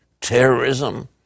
terrorism